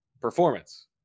performance